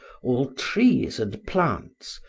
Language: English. all trees and plants,